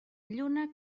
lluna